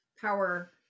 power